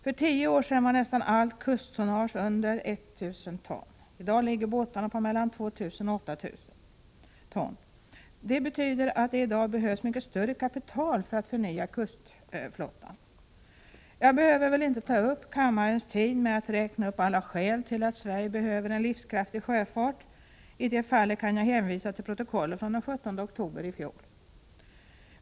För tio år sedan var nästan allt kusttonnage under 1 000 ton. I dag ligger båtarna på mellan 2 000 och 8 000 ton. Det betyder att det i dag behövs mycket större kapital för att förnya kustflottan. Jag behöver väl inte ta upp kammarens tid med att räkna upp alla skäl till att Sverige behöver en livskraftig sjöfart. I det fallet kan jag hänvisa till protokollet från den 17 oktober i fjol.